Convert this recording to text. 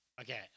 Okay